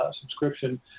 subscription